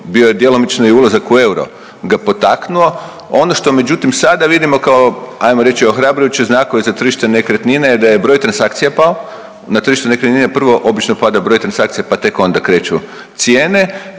Bio je djelomično i ulazak u euro ga potaknuo. Ono što međutim sada vidimo kao, ajmo reći ohrabrujuće znakove za tržište nekretnine je da je broj transakcija pao, na tržištu nekretnine prvo obično pada broj transakcija pa tek on kreću cijene.